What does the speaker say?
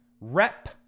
Rep